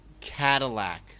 Cadillac